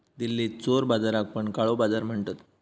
दिल्लीत चोर बाजाराक पण काळो बाजार म्हणतत